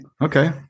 Okay